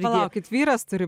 palaukit vyras turi